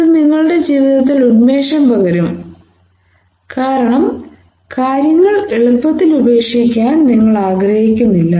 ഇത് നിങ്ങളുടെ ജീവിതത്തിൽ ഉന്മേഷം പകരും കാരണം കാര്യങ്ങൾ എളുപ്പത്തിൽ ഉപേക്ഷിക്കാൻ നിങ്ങൾ ആഗ്രഹിക്കുന്നില്ല